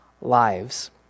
lives